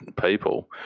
people